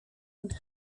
one